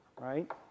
right